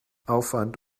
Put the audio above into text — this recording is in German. aufwand